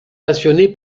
passionné